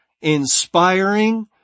inspiring